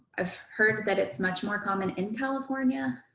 i've heard that it's much more common in california,